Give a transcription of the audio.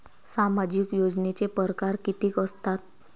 सामाजिक योजनेचे परकार कितीक असतात?